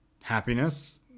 happiness